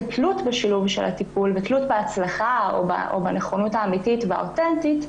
כתלות בשילוב של הטיפול ותלות בהצלחה או בנכונות האמיתית והאוטנטית,